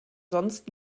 sonst